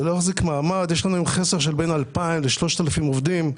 כיום יש לנו חסר של 2,000-3,000 עובדים.